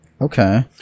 Okay